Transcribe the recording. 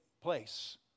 place